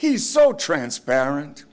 he's so transparent